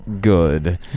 good